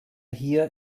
hier